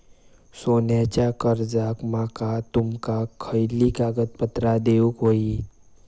सोन्याच्या कर्जाक माका तुमका खयली कागदपत्रा देऊक व्हयी?